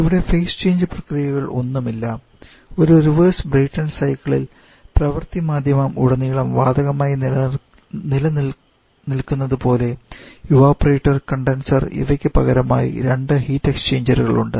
ഇവിടെ phase change പ്രക്രിയകൾ ഒന്നുമില്ല ഒരു റിവേഴ്സ് ബ്രൈറ്റൺ സൈക്കിളിൽ പ്രവർത്തി മാധ്യമം ഉടനീളം വാതകമായി നില നിൽക്കുന്നത് പോലെ ഇവപൊറേറ്റർ കണ്ടൻസർ ഇവയ്ക്ക് പകരമായി രണ്ട് ഹീറ്റ്എക്സ്ചേഞ്ചറുകളുണ്ട്